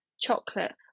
chocolate